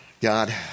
God